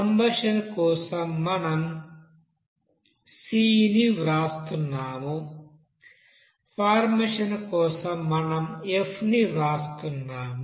combustion కోసం మనం c వ్రాస్తున్నాము ఫార్మేషన్ కోసం మనం f వ్రాస్తున్నాము